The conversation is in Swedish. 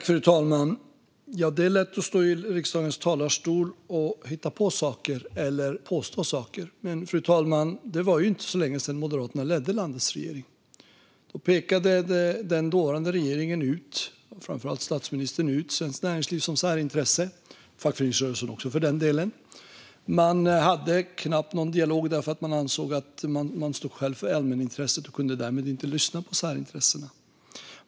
Fru talman! Det är lätt att stå i riksdagens talarstol och hitta på eller påstå saker. Men, fru talman, det var ju inte så länge sedan Moderaterna ledde landets regering. Då pekade den dåvarande regeringen, framför allt statsministern, ut Svenskt Näringsliv som ett särintresse - fackföreningsrörelsen också, för den delen. Man hade knappt någon dialog då man ansåg att man själv stod för allmänintresset och därmed inte kunde lyssna på särintressena.